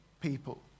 people